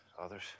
Others